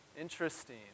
Interesting